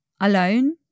alone